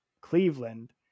Cleveland